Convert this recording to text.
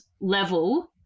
level